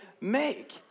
make